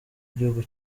igihugu